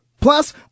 Plus